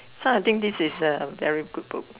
so I think this is a very good book